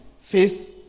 face